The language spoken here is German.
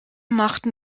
machten